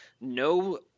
no